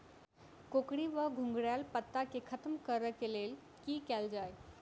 कोकरी वा घुंघरैल पत्ता केँ खत्म कऽर लेल की कैल जाय?